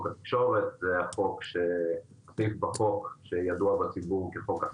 (א) בחוק התקשורת (בזק ושידורים),